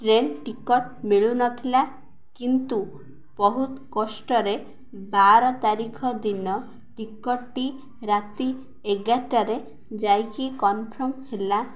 train ticket ମିଳୁନଥିଲା କିନ୍ତୁ ବହୁତ କଷ୍ଟରେ ବାର ତାରିଖ ଦିନ ଟିକେଟ୍ଟି ରାତି ଏଗାରଟାରେ ଯାଇକି କନଫର୍ମ ହେଲା